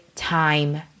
Time